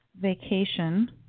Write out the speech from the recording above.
vacation